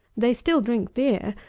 they still drink beer,